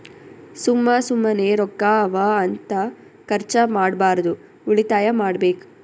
ಸುಮ್ಮ ಸುಮ್ಮನೆ ರೊಕ್ಕಾ ಅವಾ ಅಂತ ಖರ್ಚ ಮಾಡ್ಬಾರ್ದು ಉಳಿತಾಯ ಮಾಡ್ಬೇಕ್